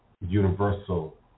universal